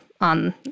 on